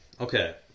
Okay